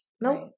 Nope